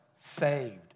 saved